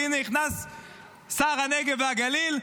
והינה נכנס שר הנגב והגליל,